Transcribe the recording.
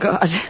God